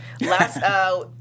Last